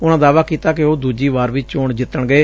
ਉਨੂਾ ਦਾਅਵਾ ਕੀਤਾ ਕਿ ਉਹ ਦੁਜੀ ਵਾਰ ਵੀ ਚੋਣ ਜਿਤਣਗੇ